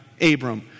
Abram